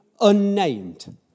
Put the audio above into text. unnamed